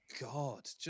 God